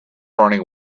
running